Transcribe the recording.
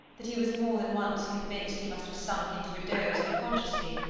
that he was more than once convinced he must have sunk into a doze unconsciously,